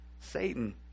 Satan